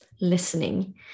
listening